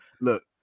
Look